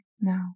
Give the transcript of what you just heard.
now